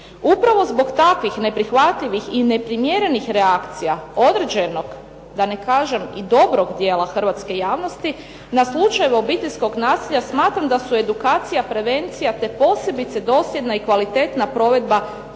Upravo zbog takvih neprihvatljivih i neprimjerenih reakcija određenog da ne kažem i dobrog dijela Hrvatske javnosti na slučaj obiteljskog nasilja smatram da su edukacija, prevencija te posebice dosljedna i kvalitetna provedba